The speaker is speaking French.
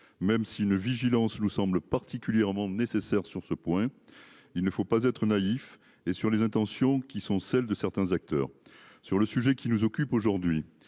même si une vigilance nous semble particulièrement nécessaire sur ce point, il ne faut pas être naïf et sur les intentions qui sont celles de certains acteurs sur le sujet qui nous occupe aujourd'hui.